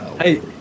hey